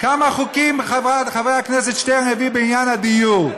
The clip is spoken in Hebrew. כמה חוקים חבר הכנסת שטרן הביא בעניין הדיור?